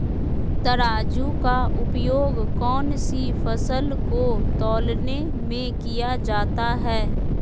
तराजू का उपयोग कौन सी फसल को तौलने में किया जाता है?